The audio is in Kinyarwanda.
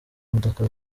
imodoka